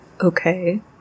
Okay